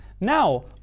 Now